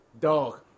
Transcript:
Dog